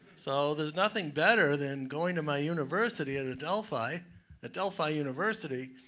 so there is nothing better than going to my university in adephli adephli university,